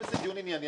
אם זה דיון ענייני,